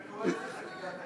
אתה קורא לזה חגיגת האבן?